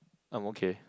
I'm okay